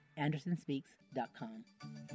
andersonspeaks.com